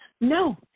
No